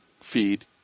feed